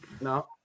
No